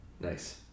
Nice